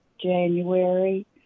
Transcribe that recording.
January